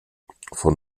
von